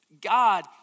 God